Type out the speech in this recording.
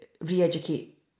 re-educate